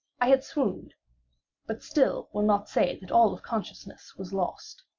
i had swooned but still will not say that all of consciousness was lost.